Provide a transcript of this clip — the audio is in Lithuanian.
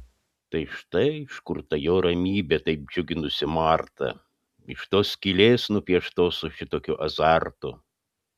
tai štai iš kur ta jo ramybė taip džiuginusi martą iš tos skylės nupieštos su šitokiu azartu